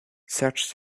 search